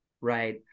right